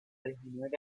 disminuir